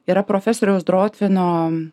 yra profesoriaus drotvino